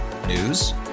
News